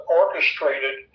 orchestrated